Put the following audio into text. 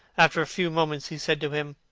after a few moments he said to him,